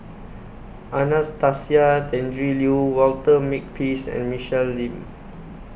Anastasia Tjendri Liew Walter Makepeace and Michelle Lim